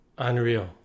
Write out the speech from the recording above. Unreal